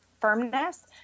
firmness